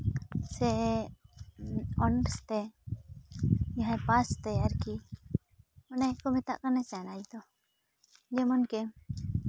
ᱥᱮ ᱚᱱᱟᱨᱥ ᱛᱮ ᱡᱟᱦᱟᱸ ᱯᱟᱥᱛᱮ ᱟᱨᱠᱤ ᱚᱱᱟ ᱜᱮᱠᱚ ᱢᱮᱛᱟᱜ ᱠᱟᱱᱟ ᱪᱟᱱᱟᱪ ᱫᱚ ᱡᱮᱢᱚᱱ ᱜᱮ